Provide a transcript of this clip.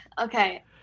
Okay